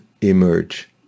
emerge